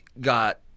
got